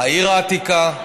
העיר העתיקה.